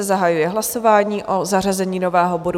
Zahajuji hlasování o zařazení nového bodu.